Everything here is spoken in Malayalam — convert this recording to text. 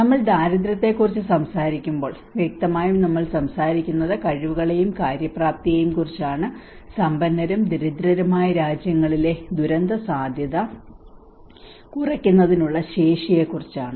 നമ്മൾ ദാരിദ്ര്യത്തെക്കുറിച്ച് സംസാരിക്കുമ്പോൾ വ്യക്തമായും നമ്മൾ സംസാരിക്കുന്നത് കഴിവുകളെയും കാര്യപ്രാപ്തിയെയും കുറിച്ചാണ് സമ്പന്നരും ദരിദ്രരുമായ രാജ്യങ്ങളിലെ ദുരന്തസാധ്യത കുറയ്ക്കുന്നതിനുള്ള ശേഷിയെക്കുറിച്ചാണ്